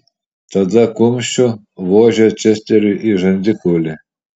tada kumščiu vožė česteriui į žandikaulį